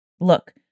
Look